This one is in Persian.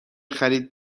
خرید